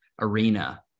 arena